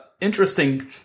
interesting